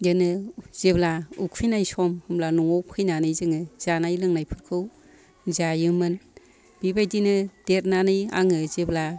बिदिनो जेब्ला उखैनाय सम होमब्ला न'आव फैनानै जोङो जानाय लोंनायफोरखौ जायोमोन बेबायदिनो देरनानै आङो जेब्ला